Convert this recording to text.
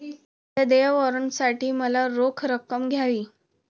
माझ्या देय वॉरंटसाठी मला रोख रक्कम द्यावी